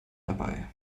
dabei